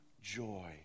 joy